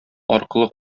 аркылы